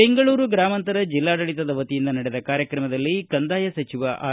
ಬೆಂಗಳೂರು ಗ್ರಾಮಾಂತರ ಜಿಲ್ಲಾಡಳಿತದ ವತಿಯಿಂದ ನಡೆದ ಕಾರ್ಕಕ್ರಮದಲ್ಲಿ ಕಂದಾಯ ಸಚಿವ ಆರ್